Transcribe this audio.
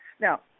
Now